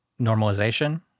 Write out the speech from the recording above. normalization